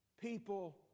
people